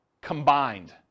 combined